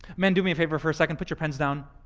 men, do me a favor for a second. put your pens down